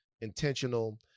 intentional